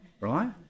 right